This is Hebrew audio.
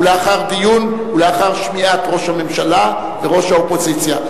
ולאחר דיון ולאחר שמיעת ראש הממשלה וראש האופוזיציה?